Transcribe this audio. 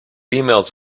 emails